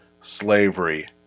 slavery